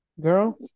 girl